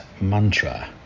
mantra